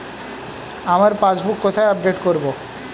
আমার পাসবুক কোথায় আপডেট করব?